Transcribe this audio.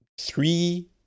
three